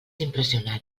impressionant